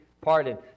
pardon